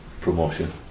promotion